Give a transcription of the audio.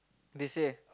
they say